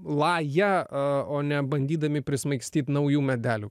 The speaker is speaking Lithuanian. lają o nebandydami prismaigstyt naujų medelių